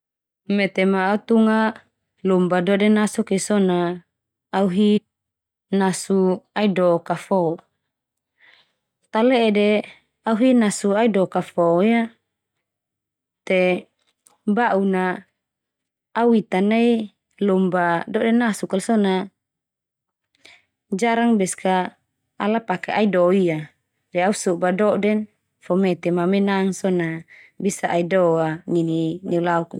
Mete ma au tunga lomba dode nasuk ia so na au hi nasu aido kafok. Tale'e de au hi nasu aido kafo ia? Te ba'un na, au ita nai lomba dode nasuk kal so na jarang beska ala pake aido ia. De au soba doden fo, mete ma menang so na bisa aido a nini neulauk ndia.